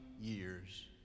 years